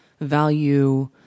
value